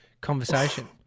conversation